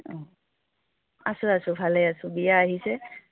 অঁ আছোঁ আছোঁ ভালেই আছোঁ বিয়া আহিছে